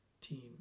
team